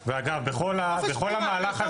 אגב, בכל המהלך הזה שמבטל.